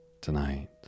Tonight